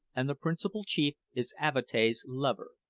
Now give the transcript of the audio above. and the principal chief is avatea's lover.